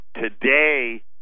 today